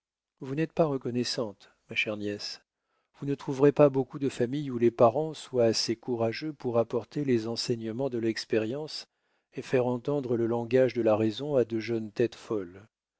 vous n'êtes pas reconnaissante ma chère nièce vous ne trouverez pas beaucoup de familles où les parents soient assez courageux pour apporter les enseignements de l'expérience et faire entendre le langage de la raison à de jeunes têtes folles